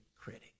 critic